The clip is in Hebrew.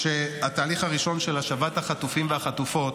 שהתהליך הראשון של השבת החטופים והחטופות,